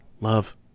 love